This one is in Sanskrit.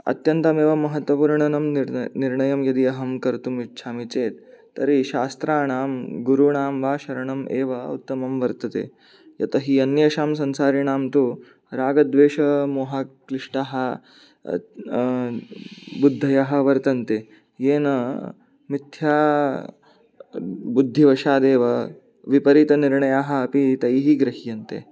अत्यन्तमेव महत्वपूर्णं निर्णयं यदि अहं कर्तुम् इच्छामि चेत् तर्हि शास्त्राणां गुरूणां वा शरणमेव उत्तमं वर्तते यतोहि अन्येषां संसारिणां तु रागद्वेषमोहाक्लिष्टाः बुद्धयः वर्तन्ते येन मिथ्या बुद्धिवशादेव विपरीतनिर्णयः अपि तैः गृह्यन्ते